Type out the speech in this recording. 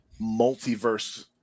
multiverse